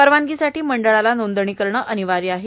परवानगीसाठी मंडळाला नोंदणी करणे अनिवार्य आहे